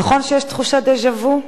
נכון שיש תחושת דז'ה-וו?